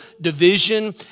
division